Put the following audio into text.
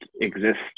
exist